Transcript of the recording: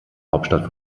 hauptstadt